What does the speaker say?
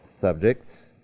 subjects